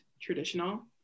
traditional